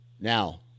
now